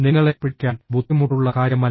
നിങ്ങളെ പിടിക്കാൻ ബുദ്ധിമുട്ടുള്ള കാര്യമല്ല